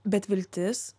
bet viltis